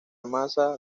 massa